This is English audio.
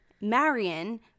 Marion